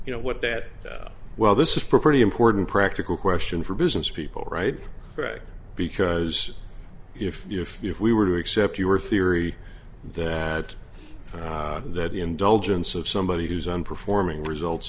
you know what that well this is pretty important practical question for businesspeople right greg because if if if we were to accept your theory that that indulgence of somebody who's on performing results